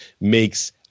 makes